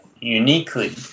uniquely